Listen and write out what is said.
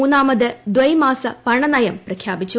മൂന്നാമത് ദൈമാസ പണനയം പ്രഖ്യാപിച്ചു